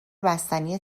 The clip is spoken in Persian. بستنی